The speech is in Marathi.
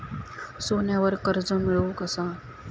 सोन्यावर कर्ज मिळवू कसा?